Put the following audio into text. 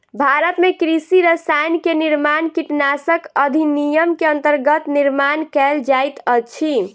भारत में कृषि रसायन के निर्माण कीटनाशक अधिनियम के अंतर्गत निर्माण कएल जाइत अछि